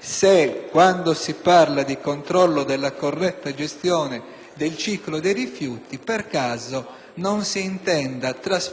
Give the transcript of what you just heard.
se, quando si parla di controllo della corretta gestione del ciclo dei rifiuti, per caso non si intenda trasformare *tout